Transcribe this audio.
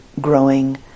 growing